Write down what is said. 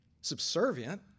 subservient